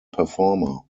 performer